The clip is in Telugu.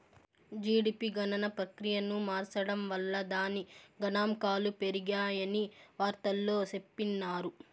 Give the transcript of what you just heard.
జీడిపి గణన ప్రక్రియను మార్సడం వల్ల దాని గనాంకాలు పెరిగాయని వార్తల్లో చెప్పిన్నారు